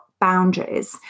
boundaries